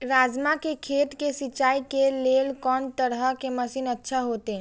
राजमा के खेत के सिंचाई के लेल कोन तरह के मशीन अच्छा होते?